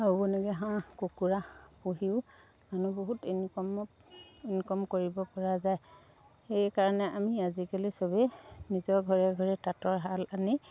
আৰু এনেকৈ হাঁহ কুকুৰা পুহিও মানুহ বহুত ইনকমত ইনকম কৰিব পৰা যায় সেইকাৰণে আমি আজিকালি চবেই নিজৰ ঘৰে ঘৰে তাঁতৰ শাল আনি